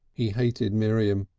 he hated miriam,